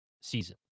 season